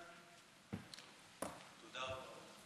תודה.